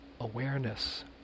awareness